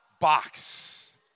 box